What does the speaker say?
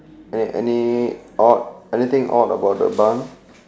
any any odd anything odd about the bar